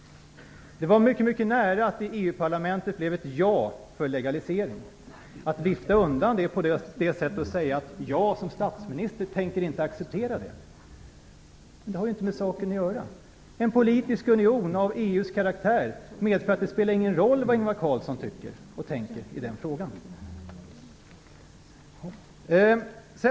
Det var mycket nära att det i EU-parlamentet blev ett ja för legalisering. Att vifta undan det på det här sättet och säga att man som statsminister inte tänker acceptera det har inte med saken att göra. En politisk union av EU:s karaktär medför att det inte spelar någon roll vad Ingvar Carlsson tycker och tänker i den frågan.